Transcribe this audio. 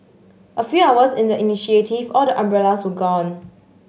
a few hours in the initiative all the umbrellas were gone